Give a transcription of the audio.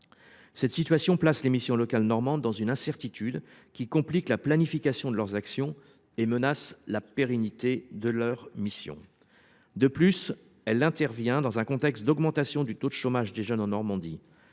Cette situation place les missions locales normandes dans une incertitude qui complique la planification de leurs actions et menace la pérennité de leurs missions. De plus, cette baisse intervient dans un contexte de hausse du taux de chômage des jeunes en Normandie.